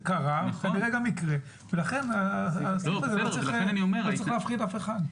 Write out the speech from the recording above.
זה קרה, ולכן הסעיף הזה לא צריך להפחיד אף אחד.